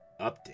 update